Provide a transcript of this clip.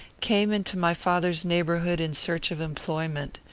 came into my father's neighbourhood in search of employment.